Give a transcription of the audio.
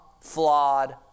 flawed